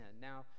Now